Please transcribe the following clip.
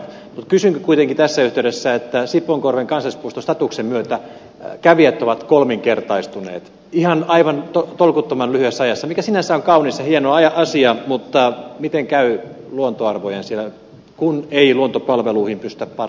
mutta kysyn kuitenkin tässä yhteydessä kun sipoonkorven kansallispuiston statuksen myötä kävijämäärät ovat kolminkertaistuneet aivan tolkuttoman lyhyessä ajassa mikä sinänsä on kaunis ja hieno asia miten käy luontoarvojen siellä kun ei luontopalveluihin pystytä resursseja ohjaamaan